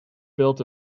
built